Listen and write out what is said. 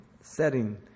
setting